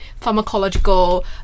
pharmacological